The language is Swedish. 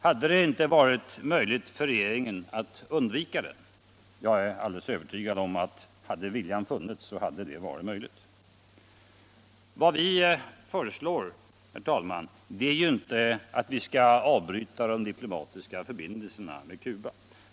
Hade det inte varit möjligt för regeringen att undvika den? Jag är alldeles säker på att om viljan funnits så hade detta varit möjligt. Vad vi från folkpartiet föreslår, herr talman, är inte att Sverige skall avbryta de diplomatiska förbindelserna med Cuba.